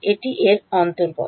এটি এর অন্তর্গত